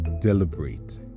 deliberate